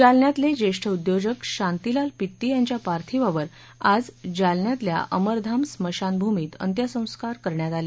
जालन्यातले ज्येष्ठ उद्योजक शांतिलाल पित्ती यांच्या पार्थिवावर आज जालन्यातल्या अमरधाम स्मशानभूमीत अंत्यसंस्कार करण्यात आले